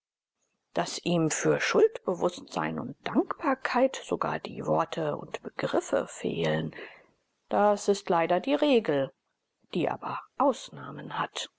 daß ihm für schuldbewußtsein und dankbarkeit sogar die worte und begriffe fehlen das ist leider die regel die aber ausnahmen hat